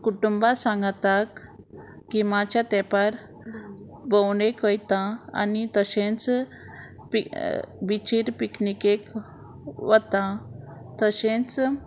कुटुंबा सांगाताक गिमाच्या तेंपार भोंवणेक वयता आनी तशेंच बिचीर पिकनिकेक वता तशेंच